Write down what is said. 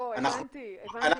המחשבים,